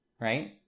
right